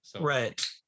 Right